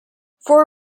four